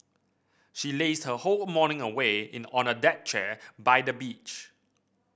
she lazed her whole morning away in on a deck chair by the beach